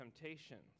temptations